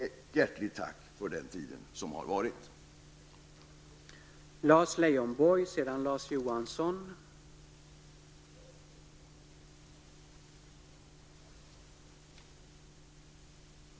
Ett hjärtligt tack för den tid som har varit!